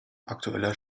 aktueller